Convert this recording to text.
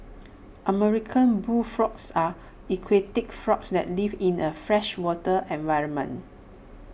American bullfrogs are aquatic frogs that live in A freshwater environment